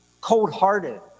cold-hearted